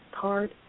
card